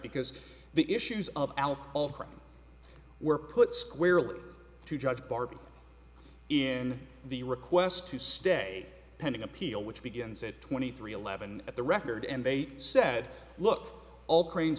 because the issues of all crimes were put squarely to judge barbie in the request to stay pending appeal which begins at twenty three eleven at the record and they said look all cra